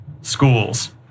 schools